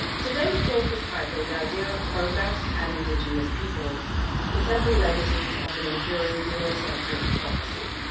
today's talk is titled the idea of progress and indigenous peoples contemporary legacies of an enduring eurocentric prophecy.